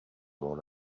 rolled